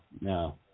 no